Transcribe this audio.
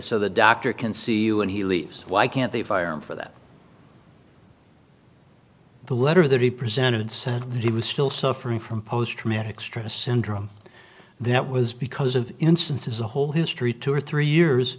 so the doctor can see you and he leaves why can't they fire him for that the letter that he presented said he was still suffering from post traumatic stress syndrome that was because of instances a whole history two or three years